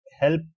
help